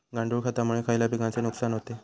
गांडूळ खतामुळे खयल्या पिकांचे नुकसान होते?